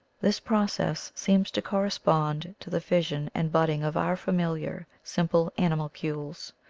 this process seems to correspond to the fission and bud ding of our familiar simple animalcules,